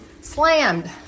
slammed